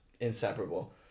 inseparable